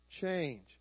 change